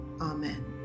Amen